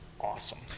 awesome